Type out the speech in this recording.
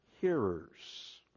hearers